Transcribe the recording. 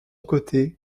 côté